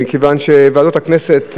מכיוון שבוועדות הכנסת דנים,